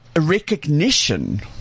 recognition